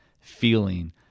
feeling